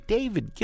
David